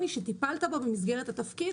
על נציגי ציבור?